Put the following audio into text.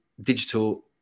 digital